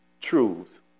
truths